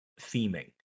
theming